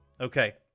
Okay